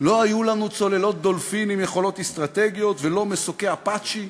לא היו לנו צוללות "דולפין" עם יכולות אסטרטגיות ולא מסוקי "אפאצ'י"